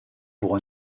pour